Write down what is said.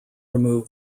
remove